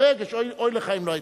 ברגש, אוי לך אם לא.